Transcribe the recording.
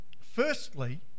firstly